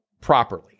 properly